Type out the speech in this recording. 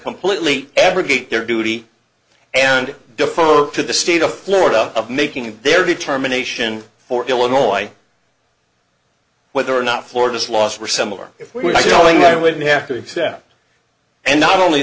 completely abrogate their duty and defer to the state of florida of making their determination for illinois whether or not florida's laws were similar if we were going i would have to accept and not only